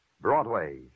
Broadway